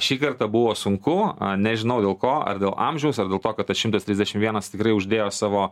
šį kartą buvo sunku nežinau dėl ko ar dėl amžiaus ar dėl to kad tas šimtas trisdešim vienas tikrai uždėjo savo